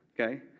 Okay